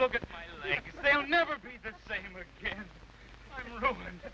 look at they will never be the same again and